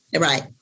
Right